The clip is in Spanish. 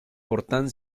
portan